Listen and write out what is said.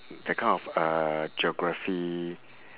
that kind of uh geography